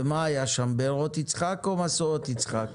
ומה היה שם בארות יצחק או משואות יצחק?